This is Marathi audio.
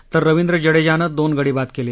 तर रवींद्र जाडेजानं दोन गडी बाद केले